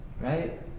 Right